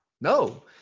No